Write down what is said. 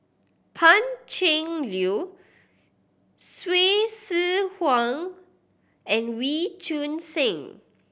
Pan Cheng Lui Hsu Tse Kwang and Wee Choon Seng